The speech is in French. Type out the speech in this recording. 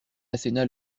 asséna